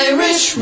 Irish